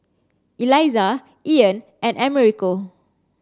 Eliza Ean and Americo